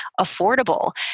affordable